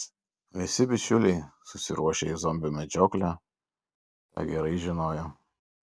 visi bičiuliai susiruošę į zombių medžioklę tą gerai žinojo